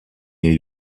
new